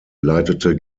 leitete